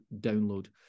download